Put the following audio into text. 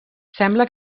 sembla